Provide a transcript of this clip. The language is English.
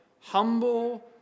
humble